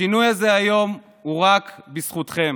השינוי הזה היום הוא רק בזכותכם,